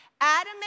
Adam